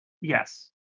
Yes